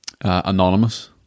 Anonymous